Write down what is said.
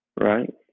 Right